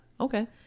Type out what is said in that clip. okay